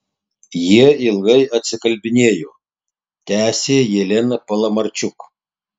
jie ilgai atsikalbinėjo tęsė jelena palamarčuk